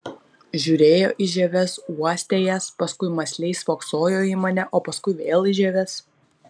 žiūrėjo į žieves uostė jas paskui mąsliai spoksojo į mane o paskui vėl į žieves